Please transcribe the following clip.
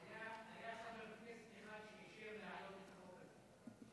היה חבר כנסת אחד שאישר להעלות את החוק הזה.